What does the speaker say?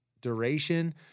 duration